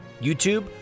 YouTube